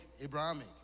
abrahamic